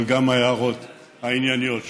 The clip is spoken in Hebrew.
אבל גם עם ההערות הענייניות שלו.